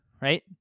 right